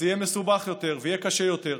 אז יהיה מסובך יותר ויהיה קשה יותר.